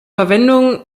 verwendung